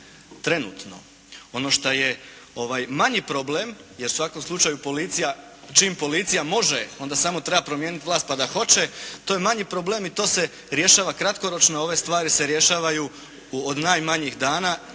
Ono što je manji problem je u svakom slučaju policija, čim policija može, onda samo treba promijeniti vlast pa da hoće, to je manji problem i to se rješava kratkoročno, ove stvari se rješavaju od najmanjih dana